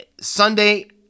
Sunday